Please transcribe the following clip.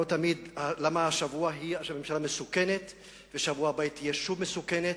למה השבוע הממשלה מסוכנת ובשבוע הבא היא תהיה שוב מסוכנת,